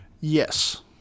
Yes